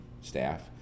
staff